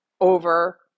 over